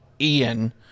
Ian –